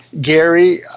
Gary